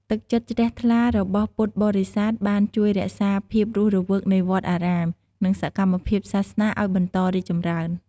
ទឹកចិត្តជ្រះថ្លារបស់ពុទ្ធបរិស័ទបានជួយរក្សាភាពរស់រវើកនៃវត្តអារាម និងសកម្មភាពសាសនាឱ្យបន្តរីកចម្រើន។